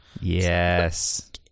Yes